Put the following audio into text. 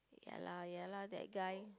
ya lah ya lah that guy